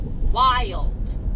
wild